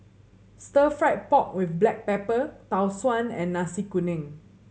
Stir Fried Pork With Black Pepper Tau Suan and Nasi Kuning